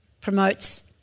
promotes